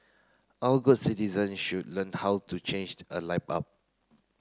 all good citizen should learn how to change a light bulb